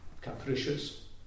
capricious